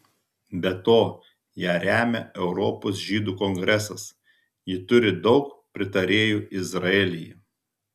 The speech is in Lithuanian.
be to ją remia europos žydų kongresas ji turi daug pritarėjų izraelyje